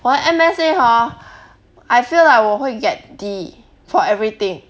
我的 M_S_A hor I feel like 我会 get D for everything